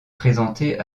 présenté